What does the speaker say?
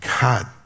God